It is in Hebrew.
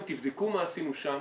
תבדקו מה עשינו שם